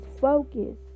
focus